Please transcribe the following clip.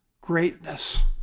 greatness